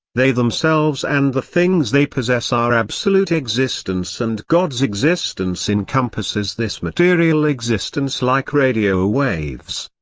they themselves and the things they possess are absolute existence and god's existence encompasses this material existence like radio waves.